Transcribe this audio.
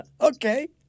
Okay